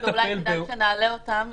אולי כדאי שנעלה את נציג המשטרה,